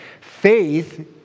Faith